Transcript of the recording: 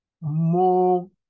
more